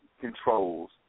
controls